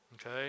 Okay